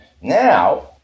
Now